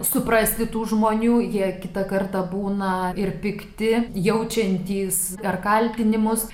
suprasti tų žmonių jie kitą kartą būna ir pikti jaučiantys ar kaltinimus